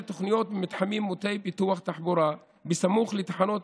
תוכניות מתחמים מוטי פיתוח תחבורה סמוך לתחנות